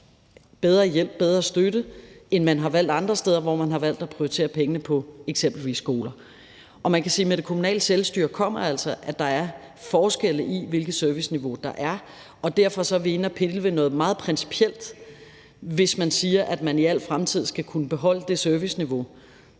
bedre hjælp, bedre støtte, end man har valgt andre steder, hvor man har valgt at prioritere pengene på eksempelvis skoler? Man kan sige, at med det kommunale selvstyre kommer altså, at der er forskel på, hvilket serviceniveau der er, og derfor er vi inde og pille ved noget meget principielt, hvis man siger, at man i al fremtid skal kunne beholde det serviceniveau,